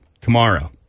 tomorrow